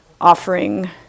offering